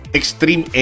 extreme